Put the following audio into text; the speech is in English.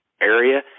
area